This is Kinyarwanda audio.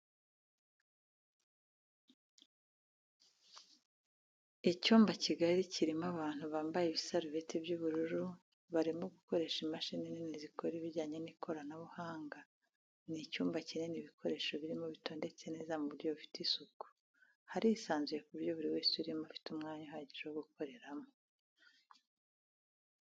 Icyumba kigari kirimo abantu bambaye ibisarubeti by'ubururu barimo gukoresha imashini nini zikora ibijyanye n'ikoranabuhanga, ni icyumba kinini ibikoresho birimo bitondetse neza mu buryo bufite isuku harisanzuye ku buryo buri wese urimo afite umwanya uhagije wo gukoreramo.